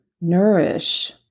nourish